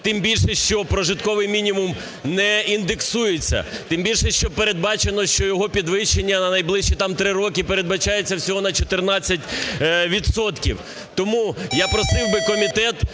тим більше, що прожитковий мінімум не індексується, тим більше, що передбачено, що його підвищення на найближчі там 3 роки передбачається всього на 14 відсотків. Тому я просив би комітет